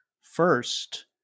first